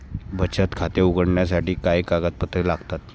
बचत खाते उघडण्यासाठी काय कागदपत्रे लागतात?